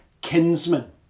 kinsman